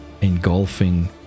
engulfing